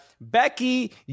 Becky